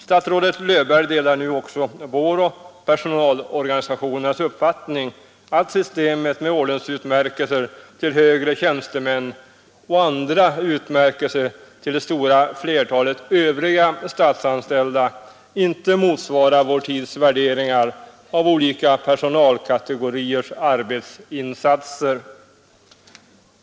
Statsrådet Löfberg delar nu också vår och personalorganisationernas uppfattning att systemet med ordensutmärkelser till högre tjänstemän och andra utmärkelser till det stora flertalet övriga statsanställda inte motsvarar vår tids värderingar av olika personalkategoriers arbetsinsatser.